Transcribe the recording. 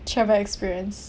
travel experience